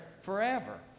forever